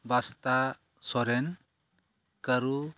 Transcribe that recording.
ᱵᱟᱥᱛᱟ ᱥᱚᱨᱮᱱ ᱠᱟᱹᱨᱩ